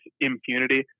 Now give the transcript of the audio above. impunity